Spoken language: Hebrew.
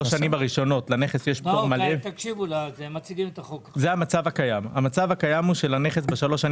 המצב הקיים היום הוא שבשלוש השנים